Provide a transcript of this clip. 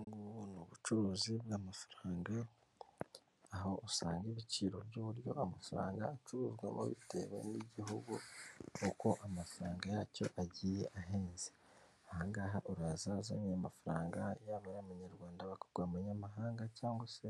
Ubu ngubu ni ubucuruzi bw'amafaranga, aho usanga ibiciro by'uburyo amafaranga acuruzwamo bitewe n'Igihugu uko amafaranga yacyo agiye ahenze. Aha ngaha uraza azanye amafaranga yaba ay'abanyarwanda bakaguha amanyamahanga cyangwa se